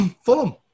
Fulham